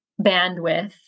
bandwidth